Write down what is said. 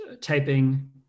typing